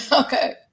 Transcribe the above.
Okay